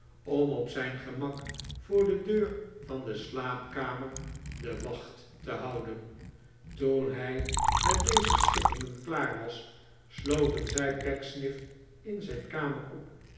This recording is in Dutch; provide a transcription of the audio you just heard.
om op zijn gemak voor de deur van de slaapkamer de wacht te houden toen hij met deze schikkingen klaar was sloten zij pecksniff in zijn kamer op